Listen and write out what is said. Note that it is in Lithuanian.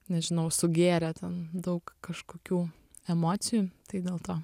nežinau sugėrė ten daug kažkokių emocijų tai dėl to